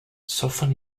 soften